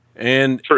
True